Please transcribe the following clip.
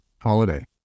holiday